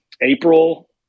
April